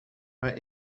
maar